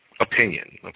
opinion